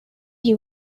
you